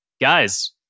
guys